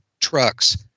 trucks